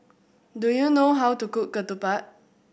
do you know how to cook ketupat